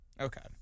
okay